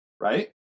Right